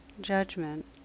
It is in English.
judgment